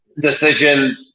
decision